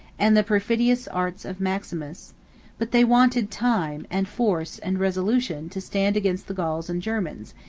and the perfidious arts of maximus but they wanted time, and force, and resolution, to stand against the gauls and germans,